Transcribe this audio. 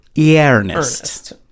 earnest